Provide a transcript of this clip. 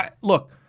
Look